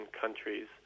countries